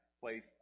place